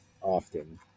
often